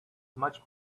much